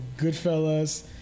Goodfellas